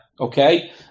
okay